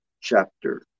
chapter